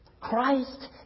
Christ